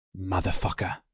Motherfucker